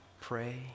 pray